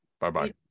Bye-bye